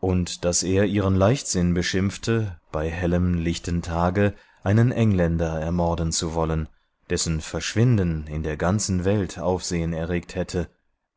und daß er ihren leichtsinn beschimpfte bei hellem lichten tage einen engländer ermorden zu wollen dessen verschwinden in der ganzen welt aufsehen erregt hätte